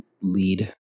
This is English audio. lead